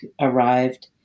arrived